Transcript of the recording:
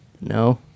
No